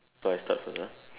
so I start first ah